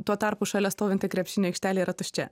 tuo tarpu šalia stovinti krepšinio aikštelė yra tuščia